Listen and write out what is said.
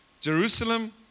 Jerusalem